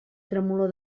tremolor